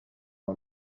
the